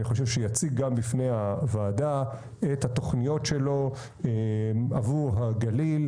אני חושב שהוא יציג גם בפני הוועדה את התכניות שלו עבור הגליל